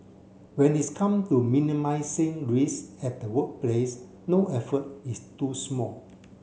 when it's come to minimising risk at the workplace no effort is too small